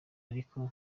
ariko